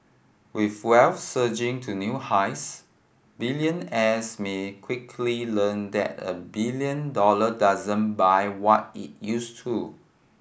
with wealth surging to new highs billionaires me quickly learn that a billion dollar doesn't buy what it used to